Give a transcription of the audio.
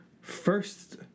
first